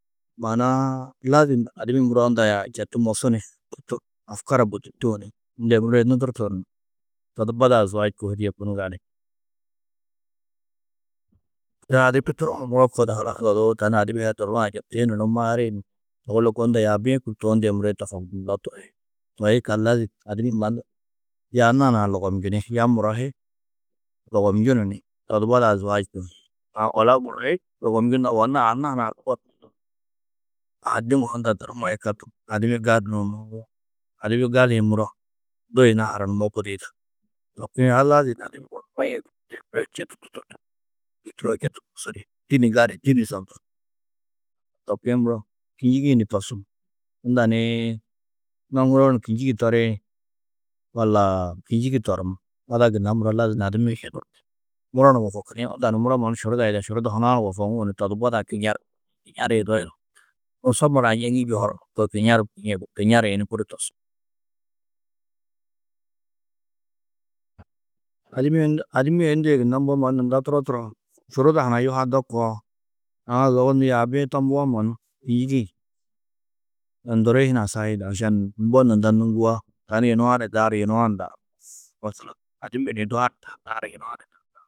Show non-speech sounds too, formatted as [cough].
Maana-ã lazim adimmi muro unda ya çetu mosuni, çetu afkara bôdultuũ ni unda yê muro yê nudurtu ni to di badã [unintelligible] [unintelligible] kunu gali. [unintelligible] adimmi durumma muro koo di halas odu tani adibi a hi duruwo ajibtiyuno ni maari nuũ, zogo lôko unda yaabi-ĩ kûrtuwo, unda yê muro yê tofokndundunó to hi. Toi yikallu lazim adimmi mannu ya anna hunã ha lugobnjini, ya muro hi lugobnjunu ni to di badã zowaj kohidiĩ. Aã wala muro hi, lugobnjunno, walla anna hunã ha lugobnjunno. Aã diŋuũ unda durumma yikallu adimmi gali nuũ [noise] Adibi gali-ĩ muro du yuna hananummo budi yida. To kuĩ a [unintelligible] maîe četu, kôi turo ho çetu mosu ni, ndû ni gali, ndû ni zondu. To kuĩ muro kînjigi-ĩ ni tosu, unda niĩ noŋuroo ni kînjigi toriĩn wallaa kînjigi torummú, ada gunna ladu ni adimmi hi hiduũ ni, muro ni wofokini, unda ni, muro mannu šuruda yida, šuruda hunã ni wofoŋuũ ni to di badã kiŋari [unintelligible] kiŋari-ĩ zo yunu. Kunu somma nuã neŋîi njûwo horinumo di kiŋari gunîe koo, kiŋari-ĩ yunu budi tosu. Adim adimmi yê unda yê gunna mbo mannu nunda turo, turo ho šuruda hunã yuhado koo, aã zogo nû yaabi-ĩ tombuwo mannu, kînjigi-ĩ ndurii hunã sahil, ašan mbo nunda nûŋgua, tani yunu a ni daaru, yunu a ni [unintelligible] masalan, adimmi ni ynu a tani daaru, yunu a [unintelligible]